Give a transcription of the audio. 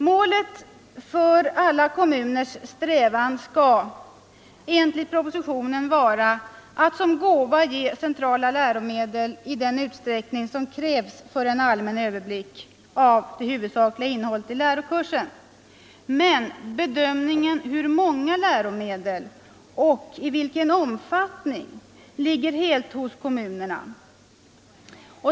Målet för alla kommuners strävan skall enligt propositionen vara att såsom gåva ge centrala läromedel i den utsträckning som krävs för en allmän överblick av det huvudsakliga innehållet i lärokursen. Men bedömningen av hur många läromedel som skall ges och i vilken omfattning det skall ske åvilar helt kommunerna.